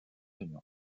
unions